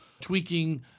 tweaking